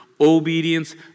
obedience